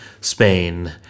Spain